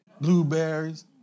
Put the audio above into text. blueberries